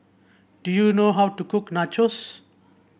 do you know how to cook Nachos